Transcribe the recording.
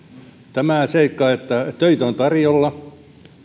tämä seikka että töitä on tarjolla